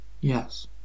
Yes